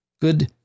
Good